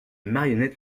marionnettes